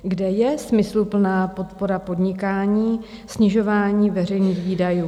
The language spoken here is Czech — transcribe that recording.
Kde je smysluplná podpora podnikání, snižování veřejných výdajů?